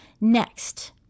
Next